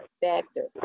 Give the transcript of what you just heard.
factor